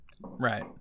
right